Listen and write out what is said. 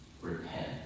repent